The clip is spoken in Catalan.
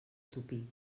topí